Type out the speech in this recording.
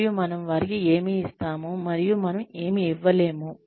మరియు మనం వారికి ఏమి ఇస్తాము మరియు మనం ఇవ్వలేము